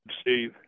Steve